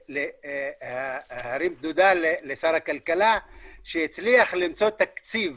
ולהרים תודה לשר הכלכלה שהצליח למצוא תקציב